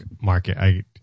market